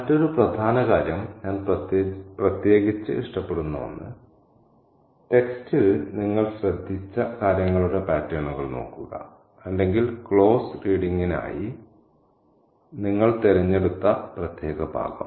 മറ്റൊരു പ്രധാന കാര്യം ഞാൻ പ്രത്യേകിച്ച് ഇഷ്ടപ്പെടുന്ന ഒന്ന് ടെക്സ്റ്റിൽ നിങ്ങൾ ശ്രദ്ധിച്ച കാര്യങ്ങളുടെ പാറ്റേണുകൾ നോക്കുക അല്ലെങ്കിൽ ക്ലോസ് റീഡിങ്ങിനായി നിങ്ങൾ തിരഞ്ഞെടുത്ത പ്രത്യേക ഭാഗം